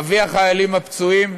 אבי החיילים הפצועים,